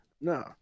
no